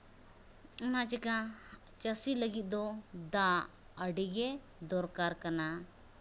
ᱚᱱᱟ ᱪᱤᱠᱟᱹ ᱪᱟᱹᱥᱤ ᱞᱟᱹᱜᱤᱫ ᱫᱚ ᱫᱟᱜ ᱟᱹᱰᱤ ᱜᱮ ᱫᱚᱨᱠᱟᱨ ᱠᱟᱱᱟ